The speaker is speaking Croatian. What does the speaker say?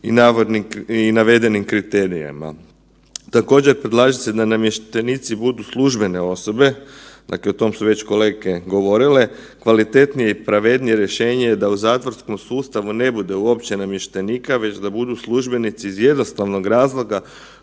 i navedenim kriterijima. Također, predlaže se da namještenici budu službene osobe, dakle o tom su već kolege govorile, kvalitetnije i pravednije rješenje je da u zatvorskom sustavu ne bude uopće namještenika, već da budu službenici iz jednostavnog razloga